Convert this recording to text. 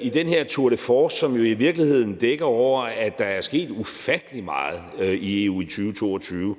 i den her tour de force, som jo i virkeligheden dækker over, at der er sket ufattelig meget i EU i 2022